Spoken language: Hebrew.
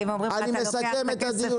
אני מסכם את הדיון.